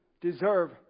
deserve